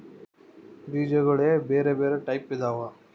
ಬೀಜಗುಳ ಬೆರೆ ಬೆರೆ ಟೈಪಿದವ